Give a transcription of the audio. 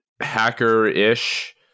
hacker-ish